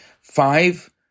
five